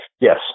Yes